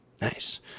nice